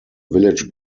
village